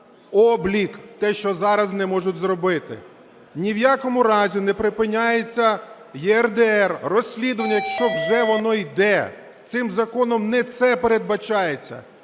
облік. Те, що зараз не можуть зробити. Ні в якому разі не припиняється ЄРДР розслідування, якщо вже воно йде. Цим законом не це передбачається.